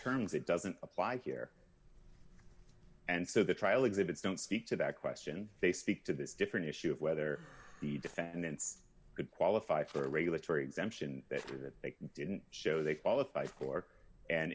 terms it doesn't apply here and so the trial exhibits don't speak to that question they speak to this different issue of whether the defendants could qualify for a regulatory exemption that they didn't show they qualify for and